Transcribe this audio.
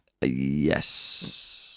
yes